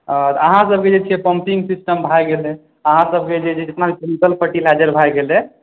अहाँसभके जे छै पम्पिंग सिस्टम भए गेलै अहाँसभके फर्टिलाइजर भए गेलै